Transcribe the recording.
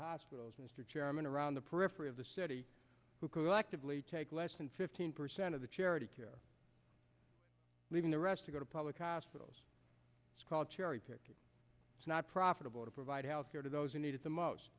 hospitals mr chairman around the periphery of the city who collectively take less than fifteen percent of the charity leaving the rest to go to public hospitals it's called cherry picking it's not profitable to provide health care to those who need it the most